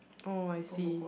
oh I see